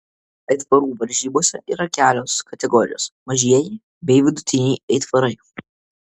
aitvarų varžybose yra kelios kategorijos mažieji bei vidutiniai aitvarai